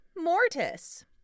Mortis